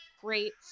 great